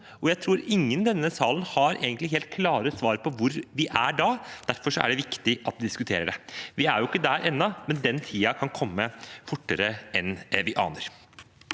og jeg tror ingen i denne salen egentlig har helt klare svar på hvor vi er da. Derfor er det viktig at vi diskuterer det. Vi er ikke der ennå, men den tiden kan komme fortere enn vi aner.